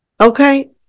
Okay